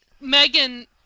megan